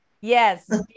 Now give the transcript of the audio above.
Yes